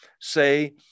Say